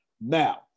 now